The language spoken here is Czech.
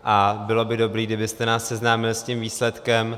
A bylo by dobré, kdybyste nás seznámil s tím výsledkem.